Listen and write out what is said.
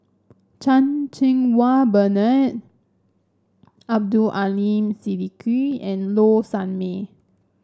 Chan Cheng Wah Bernard Abdul Aleem Siddique and Low Sanmay